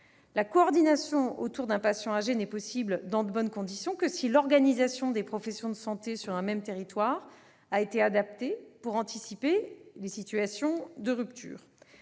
coordination autour d'un patient âgé n'est possible dans de bonnes conditions que si l'organisation des professions de santé sur un même territoire a été adaptée pour anticiper les situations de rupture.